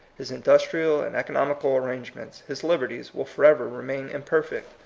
his industrial and economical arrangements, his liberties, will forever remain imperfect.